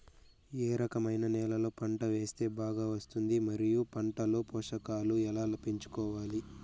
ఏ రకమైన నేలలో పంట వేస్తే బాగా వస్తుంది? మరియు పంట లో పోషకాలు ఎలా పెంచుకోవాలి?